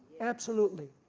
absolutely.